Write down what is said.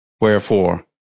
Wherefore